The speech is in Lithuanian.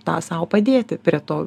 tą sau padėti prie to